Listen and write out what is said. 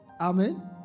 Amen